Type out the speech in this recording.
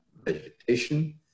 vegetation